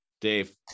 Dave